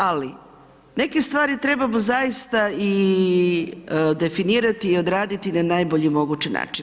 Ali, neke stvari trebamo zaista i definirati i odraditi na najbolji mogući način.